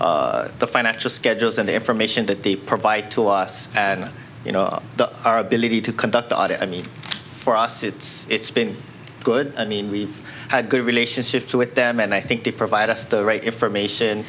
to the financial schedules and the information that they provide to us at you know the our ability to conduct audit i mean for us it's been good i mean we've had good relationships with them and i think it provides us the right information